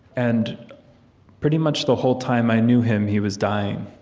and pretty much the whole time i knew him, he was dying.